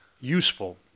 useful